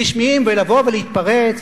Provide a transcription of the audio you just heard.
רשמיים, לבוא ולהתפרץ